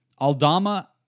Aldama